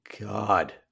God